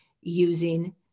using